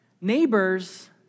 Neighbors